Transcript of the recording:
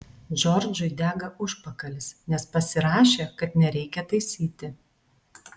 džordžui dega užpakalis nes pasirašė kad nereikia taisyti